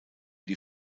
die